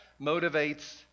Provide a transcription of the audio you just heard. motivates